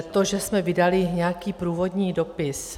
To, že jsme vydali nějaký průvodní dopis.